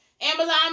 Amazon